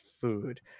food